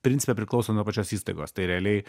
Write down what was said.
principe priklauso nuo pačios įstaigos tai realiai